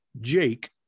jake